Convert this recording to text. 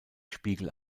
spiegel